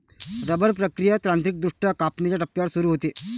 rubber प्रक्रिया तांत्रिकदृष्ट्या कापणीच्या टप्प्यावर सुरू होते